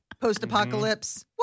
Post-apocalypse